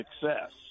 success